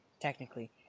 technically